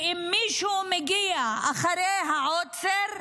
שאם מישהו מגיע אחרי העוצר: